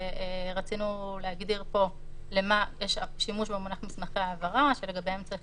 ורצינו להגדיר פה לגבי המונח של שימוש